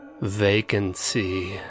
Vacancy